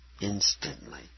instantly